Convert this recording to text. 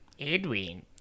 Edwin